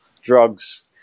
drugs